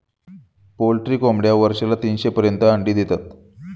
poultry कोंबड्या वर्षाला तीनशे पर्यंत अंडी देतात